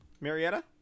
Marietta